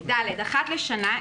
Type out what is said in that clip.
אחת לשנה,